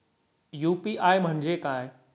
UPI म्हणजे काय?